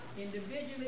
individually